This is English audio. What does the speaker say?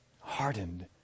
hardened